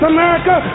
America